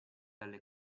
alle